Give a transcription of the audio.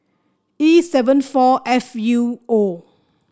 E seven four F U O